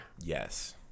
yes